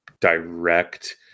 direct